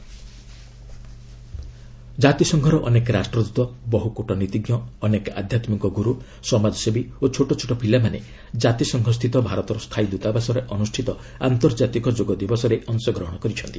UN yoga day ଜାତିସଂଘର ଅନେକ ରାଷ୍ଟ୍ରଦୂତ ବହୁ କୂଟନୀତିଜ୍ଞ ଅନେକ ଆଧ୍ୟାତ୍ମିକ ଗୁରୁ ସମାଜସେବୀ ଓ ଛୋଟ ଛୋଟ ପିଲାମାନେ କାତିସଂଘସ୍ଥିତ ଭାରତର ସ୍ଥାୟୀ ଦୂତାବାସରେ ଅନ୍ତିଷ୍ଠିତ ଆନ୍ତର୍ଜାତିକ ଯୋଗ ଦିବସରେ ଅଂଶଗ୍ରହଣ କରିଛନ୍ତି